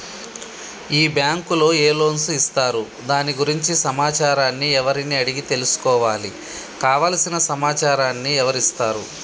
ఈ బ్యాంకులో ఏ లోన్స్ ఇస్తారు దాని గురించి సమాచారాన్ని ఎవరిని అడిగి తెలుసుకోవాలి? కావలసిన సమాచారాన్ని ఎవరిస్తారు?